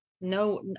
No